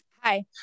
Hi